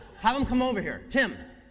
have him come over here, tim.